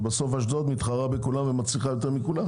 ובסוף אשדוד מתחרה בכולם ומצליחה יותר מכולם.